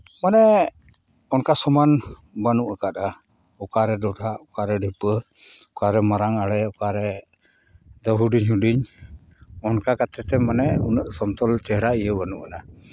ᱢᱟᱱᱮ ᱚᱱᱠᱟ ᱥᱚᱢᱟᱱ ᱵᱟᱹᱱᱩᱜ ᱟᱠᱟᱫᱟ ᱚᱠᱟᱨᱮ ᱰᱚᱰᱷᱟᱜ ᱚᱠᱟᱨᱮ ᱰᱷᱤᱯᱟᱹ ᱚᱠᱟᱨᱮ ᱢᱟᱨᱟᱝ ᱟᱲᱮ ᱚᱠᱟᱨᱮ ᱫᱚ ᱦᱩᱰᱤᱧ ᱦᱩᱰᱤᱧ ᱚᱱᱠᱟ ᱠᱟᱛᱮᱫ ᱢᱟᱱᱮ ᱩᱱᱟᱹᱜ ᱥᱚᱱᱛᱚᱨ ᱪᱮᱦᱨᱟ ᱤᱭᱟᱹ ᱵᱟᱹᱱᱩᱜ ᱟᱱᱟᱝ